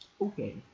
Okay